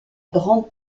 grande